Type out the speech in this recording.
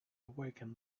awaken